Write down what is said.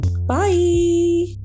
bye